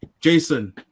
Jason